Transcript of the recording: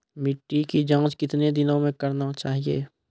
मिट्टी की जाँच कितने दिनों मे करना चाहिए?